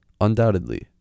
Undoubtedly